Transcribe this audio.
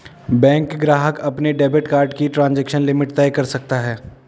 bank ग्राहक अपने debit card की ट्रांज़ैक्शन लिमिट तय कर सकता है